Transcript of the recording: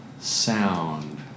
sound